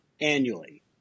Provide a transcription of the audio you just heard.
annually